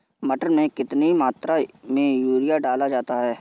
मटर में कितनी मात्रा में यूरिया डाला जाता है?